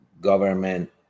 government